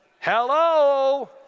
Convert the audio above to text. Hello